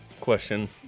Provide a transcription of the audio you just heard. question